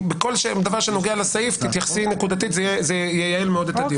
אם לכל דבר שנוגע לסעיף תתייחסי נקודתית זה ייעל מאוד את הדיון.